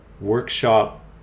workshop